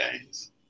games